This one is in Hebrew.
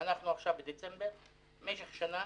אנחנו עכשיו בדצמבר, במשך שנה